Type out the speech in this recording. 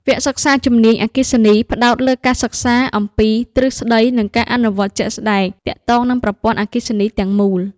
វគ្គសិក្សាជំនាញអគ្គិសនីផ្តោតលើការសិក្សាអំពីទ្រឹស្តី និងការអនុវត្តជាក់ស្តែងទាក់ទងនឹងប្រព័ន្ធអគ្គិសនីទាំងមូល។